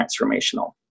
transformational